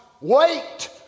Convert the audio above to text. Wait